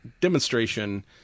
demonstration